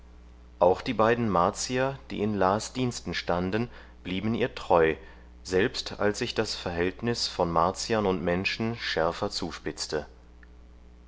auch die beiden martier die in las diensten standen blieben ihr treu selbst als sich das verhältnis von martiern und menschen schärfer zuspitzte